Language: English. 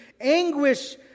anguish